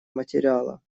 материала